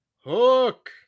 Hook